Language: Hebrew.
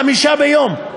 חמישה ביום?